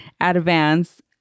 advance